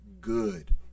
good